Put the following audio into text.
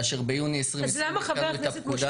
כאשר ביוני 2020 עדכנו את הפקודה --- למה חבר הכנסת משה